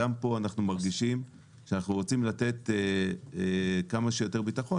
גם פה אנחנו מרגישים שאנחנו רוצים לתת כמה שיותר בטחון,